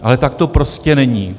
Ale tak to prostě není.